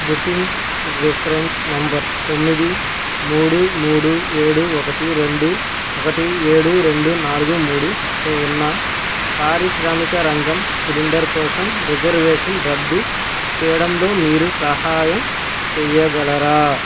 booking reference number తొమ్మిది మూడు మూడు ఏడు ఒకటి రెండు ఒకటి ఏడు రెండు నాలుగు మూడుతో ఉన్న పారిశ్రామిక రంగం సిలిండర్ కోసం రిజర్వేషన్ రద్దు చేయడంలో మీరు సహాయం చెయ్యగలరా